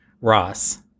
Ross